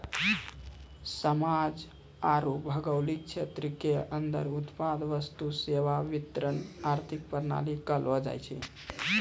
समाज आरू भौगोलिक क्षेत्र के अन्दर उत्पादन वस्तु सेवा के वितरण आर्थिक प्रणाली कहलो जायछै